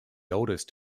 oldest